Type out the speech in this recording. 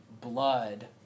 blood